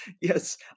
yes